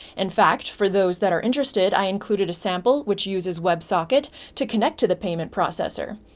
in fact, for those that are interested, i included a sample which uses websocket to connect to the payment processor.